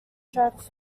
tracks